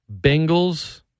Bengals